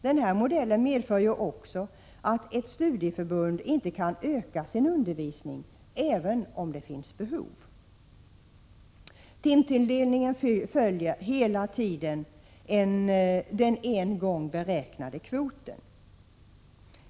Den här modellen medför ju också att ett studieförbund inte kan öka sin undervisning även om det finns behov. Timtilldelningen följer hela tiden den en gång beräknade kvoten.